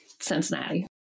Cincinnati